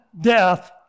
death